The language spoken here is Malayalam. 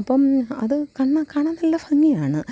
അപ്പം അത് കാണാന് നല്ല ഭംഗിയാണ്